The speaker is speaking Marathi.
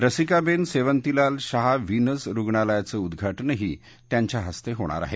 रसिकाबेन सेवंतिलाल शाह व्हिनस रुगणालयाचं उद्घाटनही त्यांच्या हस्ते होणार आहे